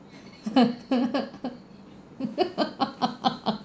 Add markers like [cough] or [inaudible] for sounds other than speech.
[laughs]